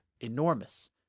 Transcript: enormous